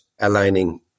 aligning